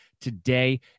today